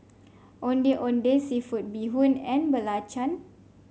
Ondeh Ondeh seafood Bee Hoon and Belacan